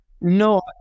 No